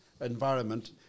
environment